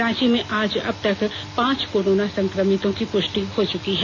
रांची में आज अबतक पाँच कोरोना मरीजों की पुष्टि हो चुकी है